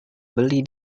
beli